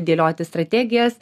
dėlioti strategijas